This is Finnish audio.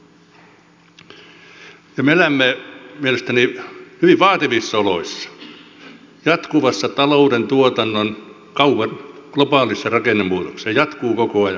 me elämme mielestäni hyvin vaativissa oloissa jatkuvassa talouden tuotannon kaupan globaalissa rakennemuutoksessa se jatkuu koko ajan